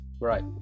Right